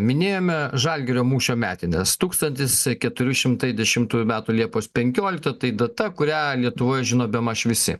minėjome žalgirio mūšio metines tūkstantis keturi šimtai dešimtųjų metų liepos penkioliktą tai data kurią lietuvoje žino bemaž visi